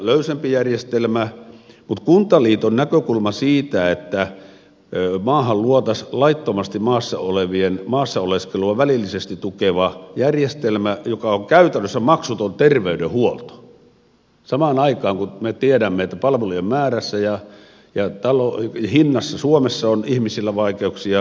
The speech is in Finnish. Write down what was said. mutta kuntaliitolla on näkökulma siitä että maahan luotaisiin laittomasti maassa olevien maassa oleskelua välillisesti tukeva järjestelmä joka on käytännössä maksuton terveydenhuolto samaan aikaan kun me tiedämme että palvelujen määrässä ja hinnassa suomessa on ihmisillä vaikeuksia